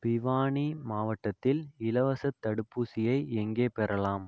பிவானி மாவட்டத்தில் இலவச தடுப்பூசியை எங்கே பெறலாம்